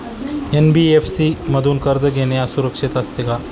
NBFC मधून कर्ज घेणे सुरक्षित असते का?